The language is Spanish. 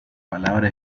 palabra